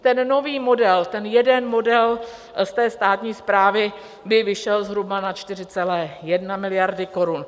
Ten nový model, ten jeden model z té státní správy, by vyšel zhruba na 4,1 miliardy korun.